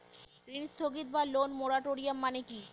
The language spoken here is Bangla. ঋণ স্থগিত বা লোন মোরাটোরিয়াম মানে কি?